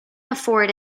afford